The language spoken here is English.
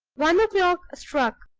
one o'clock struck,